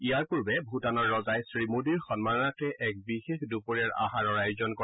ইযাৰ পূৰ্বে ভূটানৰ ৰজাই শ্ৰীমোদীৰ সন্মানাৰ্থে এক বিশেষ দুপৰীয়াৰ আহাৰৰ আয়োজন কৰে